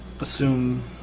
Assume